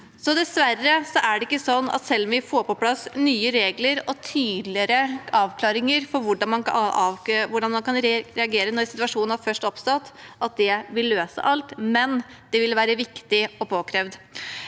Dessverre er det ikke sånn at om vi får på plass nye regler og tydeligere avklaringer for hvordan man kan reagere når situasjonen først har oppstått, vil det løse alt, men det vil være viktig og påkrevd.